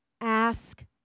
ask